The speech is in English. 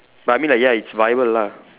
but I mean like ya it's viral lah